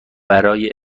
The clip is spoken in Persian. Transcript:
برای